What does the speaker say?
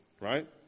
right